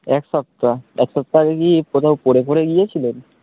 এক সপ্তাহ এক সপ্তাহ আগে কি কোথাও পড়ে পড়ে গিয়েছিলেন